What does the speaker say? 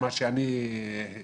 לפי מה שאני ראיתי.